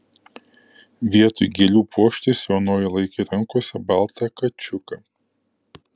vietoj gėlių puokštės jaunoji laikė rankose baltą kačiuką